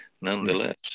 Nonetheless